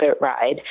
ride